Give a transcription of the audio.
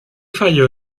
falló